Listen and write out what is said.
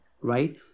right